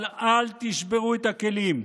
אבל אל תשברו את הכלים.